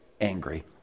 angry